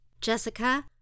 Jessica